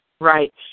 Right